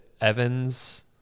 Evans